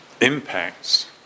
impacts